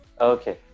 Okay